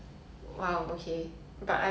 ya but anyways